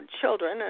children